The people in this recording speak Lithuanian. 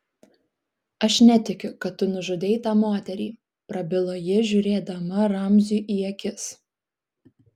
aš netikiu kad tu nužudei tą moterį prabilo ji žiūrėdama ramziui į akis